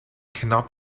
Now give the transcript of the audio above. cannot